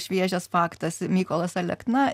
šviežias faktas mykolas alekna